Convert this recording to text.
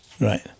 Right